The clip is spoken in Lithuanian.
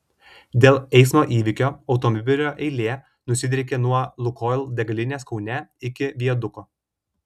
dėl eismo įvykio automobilio eilė nusidriekė nuo lukoil degalinės kaune iki viaduko